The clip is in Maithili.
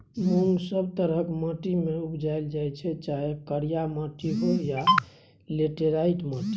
मुँग सब तरहक माटि मे उपजाएल जाइ छै चाहे करिया माटि होइ या लेटेराइट माटि